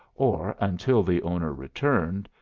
or, until the owner returned,